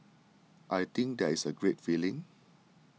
I think that is a great feeling